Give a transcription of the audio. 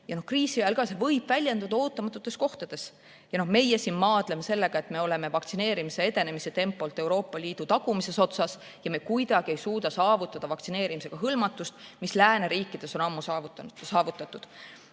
Kriisi ajal võib see väljenduda ootamatutes kohtades. Meie siin maadleme sellega, et me oleme vaktsineerimise edenemise tempolt Euroopa Liidu tagumises otsas ja kuidagi ei suuda saavutada sellist vaktsineerimisega hõlmatust, mis lääneriikides on ammu saavutatud.